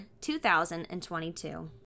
2022